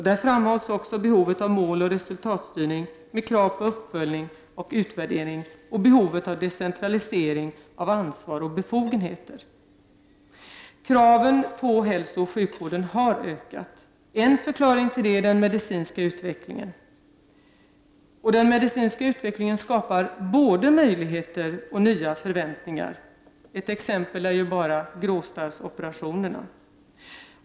Där framhålls också behovet av mål och resultatstyrning med krav på uppföljning och utvärdering, liksom behovet av decentralisering av ansvar och befogenheter. Kraven på hälsooch sjukvården har ökat. En förklaring är den medicinska utvecklingen. Denna skapar både möjligheter och nya förväntningar. Ett exempel är gråstarrsoperationerna.